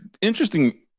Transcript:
interesting